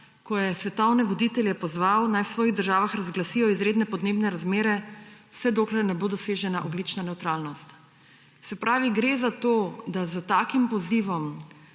ko je svetovne voditelje pozval, naj v svojih državah razglasijo izredne podnebne razmere, vse dokler ne bo dosežena ogljična nevtralnost. Gre za to, da s takim pozivom